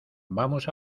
vamos